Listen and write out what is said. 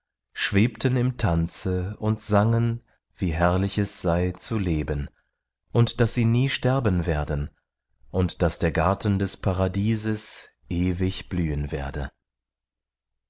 schwebten im tanze und sangen wie herrlich es sei zu leben und daß sie nie sterben werden und daß der garten des paradieses ewig blühen werde